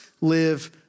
live